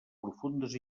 profundes